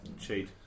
Cheat